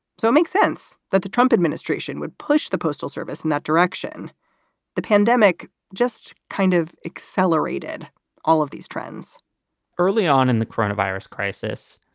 so it makes sense that the trump administration would push the postal service in that direction the pandemic just kind of accelerated all of these trends early on in the coronavirus crisis,